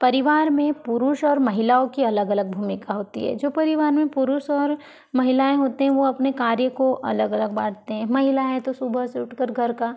परिवार में पुरुष और महिलाओं की अलग अलग भूमिका होती है जो परिवार में पुरुष और महिलाएं होते हैं वो अपने कार्य को अलग अलग बांटते है महिलाएं तो सुबह से उठकर घर का